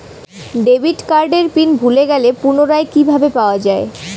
Debit কার্ডের pin ভুলে গেলে পুনরায় কিভাবে পাওয়া য়ায়?